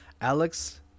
Alex